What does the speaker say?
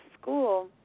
school